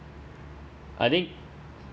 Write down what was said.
I need